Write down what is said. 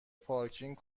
پارکینگ